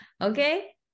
okay